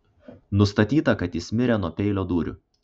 nustatyta kad jis mirė nuo peilio dūrių